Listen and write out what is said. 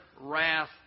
wrath